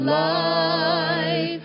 life